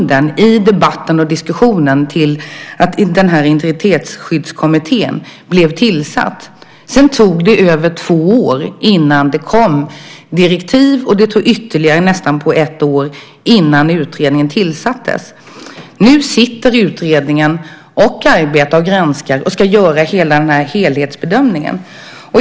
Den debatten och diskussionen var bakgrunden till att Integritetsskyddskommittén skulle tillsättas. Sedan tog det över två år innan det kom direktiv och ytterligare nästan ett år innan utredningen tillsattes. Nu arbetar utredningen och ska göra den helhetsbedömningen.